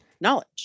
knowledge